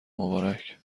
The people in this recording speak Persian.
مبارک